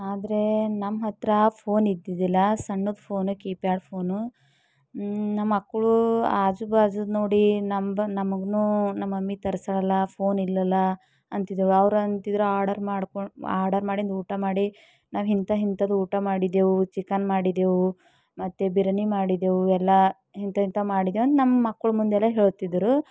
ಆದ್ರೆ ನಮ್ಮ ಹತ್ತಿರ ಫೋನ್ ಇದ್ದಿದ್ದಿಲ್ಲ ಸಣ್ಣಕ್ಕೆ ಫೋನು ಕೀ ಪ್ಯಾಡ್ ಫೋನು ನಮ್ಮ ಮಕ್ಕಳು ಆಜು ಬಾಜುದು ನೋಡಿ ನಂಬನ್ ನಮ್ಗೂನು ನಮ್ಮಮ್ಮಿ ತರಿಸಿರಲ್ಲ ಫೋನ್ ಇಲ್ಲಲ್ಲಅಂತಿದ್ದರು ಅವರು ಅಂತಿದ್ದರು ಆರ್ಡರ್ ಮಾಡ್ಕೊಂಡು ಆರ್ಡರ್ ಮಾಡಿ ಊಟ ಮಾಡಿ ನಾವಿಂಥ ಇಂಥದ್ದು ಊಟ ಮಾಡಿದೆವು ಚಿಕನ್ ಮಾಡಿದೆವು ಮತ್ತೆ ಬಿರಿಯಾನಿ ಮಾಡಿದೆವು ಎಲ್ಲ ಇಂತೆಂಥ ಮಾಡಿದೆವು ಅಂತ ನಮ್ಮ ಮಕ್ಕಳ ಮುಂದೆ ಎಲ್ಲ ಹೇಳ್ತಿದ್ದರು